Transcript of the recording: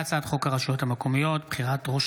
והצעת חוק הרשויות המקומיות (בחירת ראש